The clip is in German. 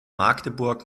magdeburg